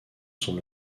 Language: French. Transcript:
sont